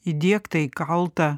įdiegtą įkaltą